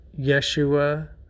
Yeshua